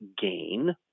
gain